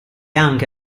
anche